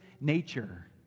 nature